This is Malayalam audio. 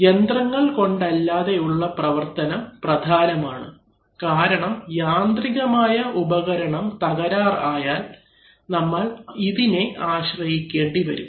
യന്ത്രങ്ങൾകൊണ്ടല്ലാതെ ഉള്ള പ്രവർത്തനം പ്രധാനമാണ് കാരണം യാന്ത്രികമായ ഉപകരണം തകരാർ ആയാൽ നമ്മൾ ഇതിനെ ആശ്രയിക്കേണ്ടി വരും